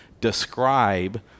describe